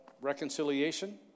reconciliation